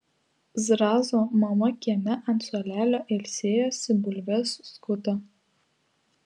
zrazo mama kieme ant suolelio ilsėjosi bulves skuto